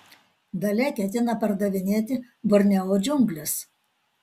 dalia ketina pardavinėti borneo džiungles